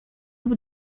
lub